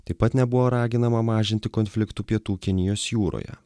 taip pat nebuvo raginama mažinti konfliktų pietų kinijos jūroje